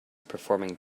performing